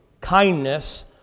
kindness